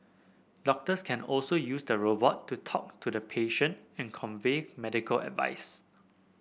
doctors can also use the robot to talk to the patient and convey medical advice